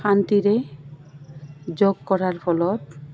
শান্তিৰে যোগ কৰাৰ ফলত